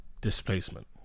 Displacement